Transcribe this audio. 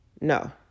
No